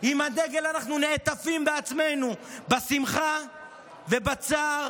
עם הדגל אנחנו נעטפים בעצמנו בשמחה ובצער,